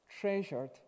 treasured